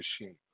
Machine